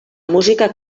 música